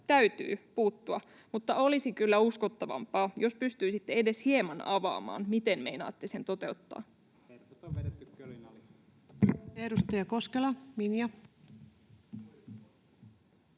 täytyy puuttua, mutta olisi kyllä uskottavampaa, jos pystyisitte edes hieman avaamaan, miten meinaatte sen toteuttaa. Edustaja Koskela, Minja.